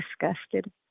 disgusted